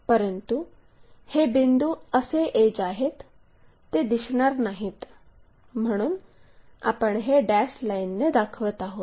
परंतु हे बिंदू असे एड्ज आहेत ते दिसणार नाहीत म्हणून आपण हे डॅश लाईनने दाखवत आहोत